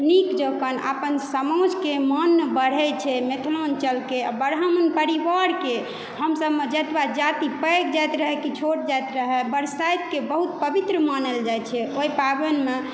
नीक जकाँ अपन समाजके मान बढ़ै छै मिथिलाञ्चलके ब्राह्मण परिवारके हम सबमे जतबै जाति पैघ जाइत रहै कि छोट जाइत रहै बरसाइतके बहुत पवित्र मानल जाइ छै ओहि पावनिमे